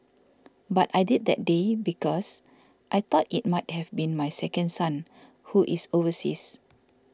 but I did that day because I thought it might have been my second son who is overseas